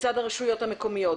מצד הרשויות המקומיות,